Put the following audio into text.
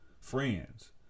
friends